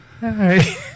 Hi